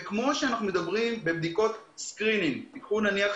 כמו שעושים איזון בבדיקות סקרינינג למשל,